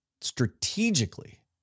strategically